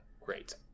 Great